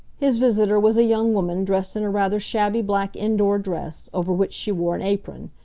his visitor was a young woman dressed in a rather shabby black indoor dress, over which she wore an apron.